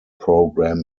program